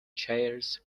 chairs